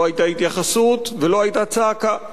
לא היתה התייחסות ולא היתה צעקה.